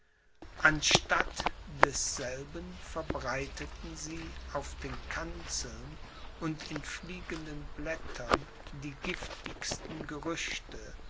anstatt desselben verbreiteten sie auf den kanzeln und in fliegenden blättern die giftigsten